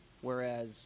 whereas